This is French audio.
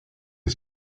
des